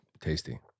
tasty